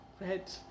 red